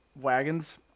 wagons